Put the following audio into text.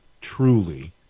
truly